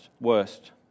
worst